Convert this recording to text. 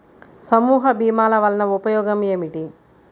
సమూహ భీమాల వలన ఉపయోగం ఏమిటీ?